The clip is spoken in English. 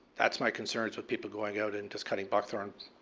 that's my concerns with people going out and just cutting buck thorn,